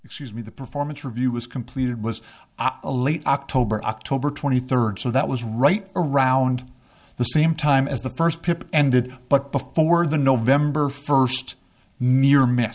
excuse me the performance review was completed was a late october october twenty third so that was right around the same time as the first pip ended but before the november first mere mess